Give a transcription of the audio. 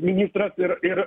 ministras ir ir